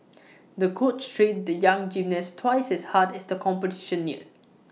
the coach trained the young gymnast twice as hard as the competition neared